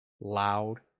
loud